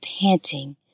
panting